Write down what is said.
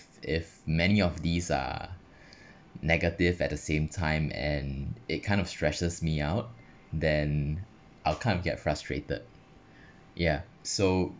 if many of these are negative at the same time and it kind of stresses me out then I'll kind of get frustrated ya so